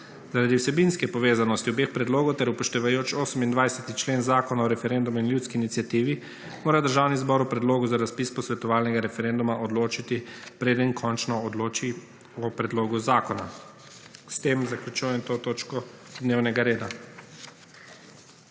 Zaradi vsebinske povezanosti obeh predlogov ter upoštevajoč 28. člen Zakona o referenduma in ljudski iniciativi mora Državni zbor o predlogu za razpis posvetovalnega referenduma odločati pred končno odloči o predlogu zakona. S tem zaključujem to točko dnevnega reda.